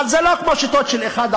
אבל זה לא כמו שיטות של 1%,